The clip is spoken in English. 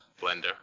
blender